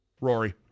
Rory